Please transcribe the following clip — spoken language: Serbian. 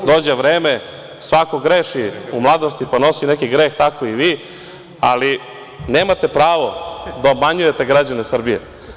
Dođe vreme, svako greši u mladosti i nosi neki greh, pa tako i vi, ali nemate pravo da obmanjujte građane Srbije.